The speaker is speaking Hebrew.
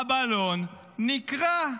הבלון נקרע.